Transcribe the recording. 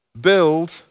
build